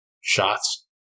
shots